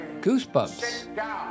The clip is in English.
goosebumps